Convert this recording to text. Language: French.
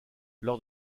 lors